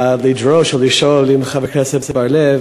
לדרוש או לשאול עם חבר הכנסת בר-לב.